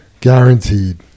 Guaranteed